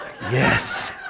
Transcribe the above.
Yes